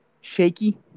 Shaky